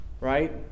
right